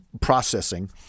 processing